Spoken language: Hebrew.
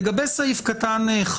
לגבי סעיף (5),